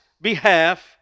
behalf